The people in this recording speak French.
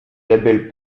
label